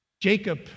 Jacob